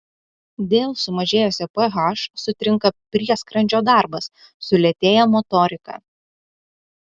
dėl sumažėjusio ph sutrinka prieskrandžio darbas sulėtėja motorika